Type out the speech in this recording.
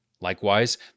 Likewise